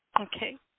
Okay